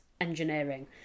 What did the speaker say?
engineering